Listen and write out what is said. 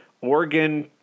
Oregon